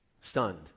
stunned